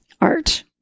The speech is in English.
art